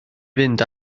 fynd